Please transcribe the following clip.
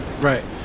Right